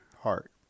heart